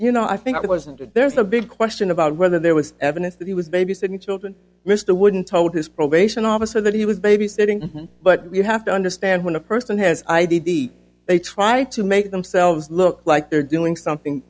you know i think wasn't it there's a big question about whether there was evidence that he was babysitting children mr wooden told his probation officer that he was babysitting but you have to understand when a person has i d d they try to make themselves look like they're doing something